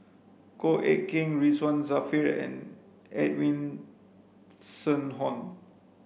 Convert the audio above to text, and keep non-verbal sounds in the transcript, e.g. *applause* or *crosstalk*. Goh Eck Kheng Ridzwan Dzafir and Edwin *unintelligible*